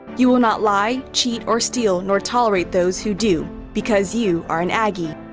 you will not lie, cheat, or steal, nor tolerate those who do. because you are an aggie.